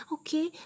Okay